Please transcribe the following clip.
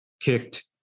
kicked